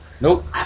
Nope